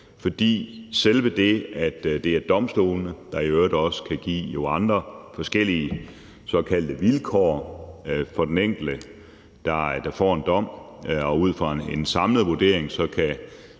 selve det, at det er domstolene, der i øvrigt også kan give andre forskellige såkaldte vilkår for den enkelte, der får en dom, og som ud fra en samlet vurdering